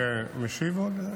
אני משיב עוד?